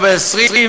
או בן 20,